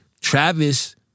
Travis